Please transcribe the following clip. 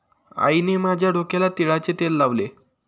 आईने माझ्या डोक्याला तिळाचे तेल लावले